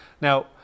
now